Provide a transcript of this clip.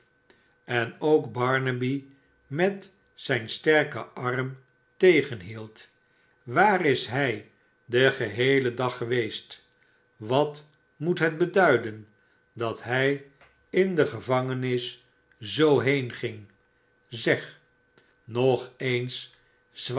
en ook barnaby met zijn sterken arm tegenhield waar is hij den geheelen dag geweest wat moet het beduiden dat hij mdegevangenis zoo heenging zeg nog eens